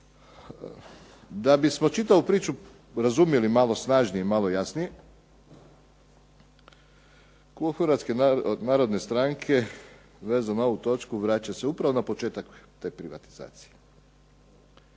Da bismo čitavu priču razumjeli malo snažnije i malo jasnije, klub Hrvatske narodne stranke vezano za ovu točku vraća se upravo na početak te privatizacije.